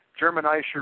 Germanischer